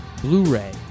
Blu-ray